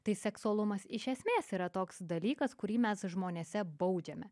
tai seksualumas iš esmės yra toks dalykas kurį mes žmonėse baudžiame